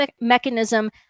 mechanism